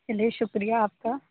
چلیے شکریہ آپ کا